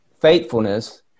faithfulness